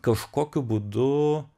kažkokiu būdu